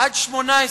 עד 18,